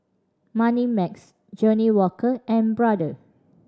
Moneymax Johnnie Walker and Brother